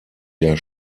der